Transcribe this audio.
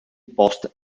post